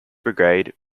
brigade